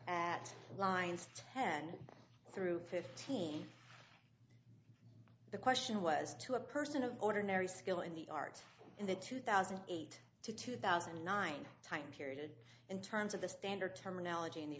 at lines ten through fifteen the question was to a person of ordinary skill in the art in the two thousand and eight to two thousand and nine time period in terms of the standard terminology in the